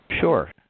Sure